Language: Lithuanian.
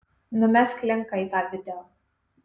numesk linką į tą video